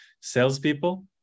salespeople